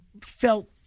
felt